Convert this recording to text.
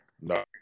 No